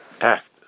act